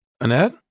Annette